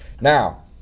Now